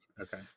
okay